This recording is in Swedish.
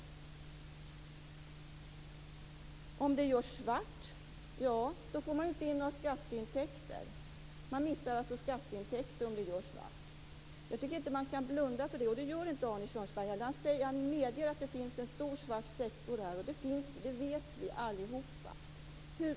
När det görs svart blir det inga skatteintäkter. Jag tycker inte att man kan blunda för det, och det gör inte Arne Kjörnsberg. Han medger att det finns en stor svart sektor. Det vet vi alla.